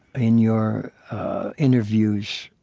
in your interviews,